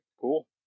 cool